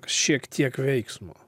šiek tiek veiksmo